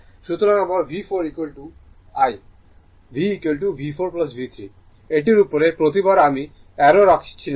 সুতরাং আমার V4 I V V4 V3 এটির উপরে প্রতিবার আমি অ্যারো রাখছি না